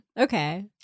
Okay